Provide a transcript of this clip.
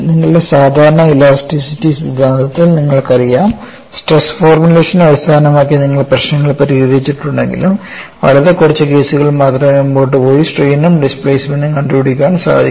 നിങ്ങളുടെ സാധാരണ ഇലാസ്റ്റിസിറ്റി സിദ്ധാന്തത്തിൽ നിങ്ങൾക്കറിയാം സ്ട്രെസ് ഫോർമുലേഷനെ അടിസ്ഥാനമാക്കി നിങ്ങൾ പ്രശ്നങ്ങൾ പരിഹരിച്ചിട്ടുണ്ടെങ്കിലും വളരെ കുറച്ച് കേസുകളിൽ മാത്രമേ മുന്നോട്ട് പോയി സ്ട്രെയിനും ഡിസ്പ്ലേസ്മെൻറ് ഉം കണ്ടുപിടിക്കാൻ സാധിക്കു